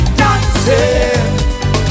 dancing